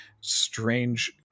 strange